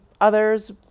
others